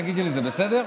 תגידי לי, זה בסדר?